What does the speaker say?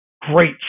great